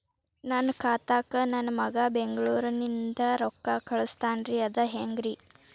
ನನ್ನ ಖಾತಾಕ್ಕ ನನ್ನ ಮಗಾ ಬೆಂಗಳೂರನಿಂದ ರೊಕ್ಕ ಕಳಸ್ತಾನ್ರಿ ಅದ ಹೆಂಗ್ರಿ?